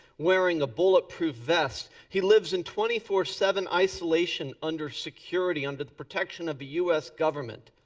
wearing a bullet proof vest. he lives in twenty four seven isolation under security. under the protection of the u s. government.